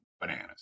bananas